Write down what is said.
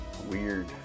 weird